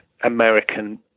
American